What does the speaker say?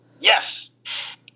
Yes